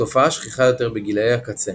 התופעה שכיחה יותר בגילאי הקצה,